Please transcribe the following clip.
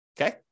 Okay